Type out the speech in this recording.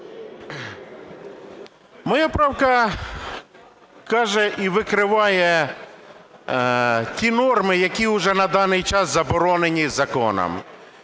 Моя правка каже і викриває ті норми, які уже на даний час заборонені законом.